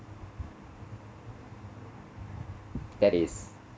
that is